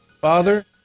Father